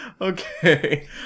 Okay